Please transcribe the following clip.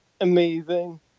amazing